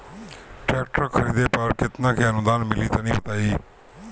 Tractor खरीदे पर कितना के अनुदान मिली तनि बताई?